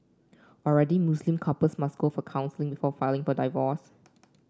already Muslim couples must go for counselling before filing for divorce